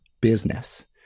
business